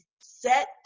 set